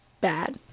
bad